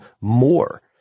more